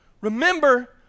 Remember